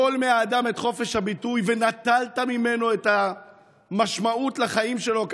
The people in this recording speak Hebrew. טול מהאדם את חופש הביטוי ונטלת ממנו את המשמעות לחיים שלו,